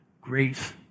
grace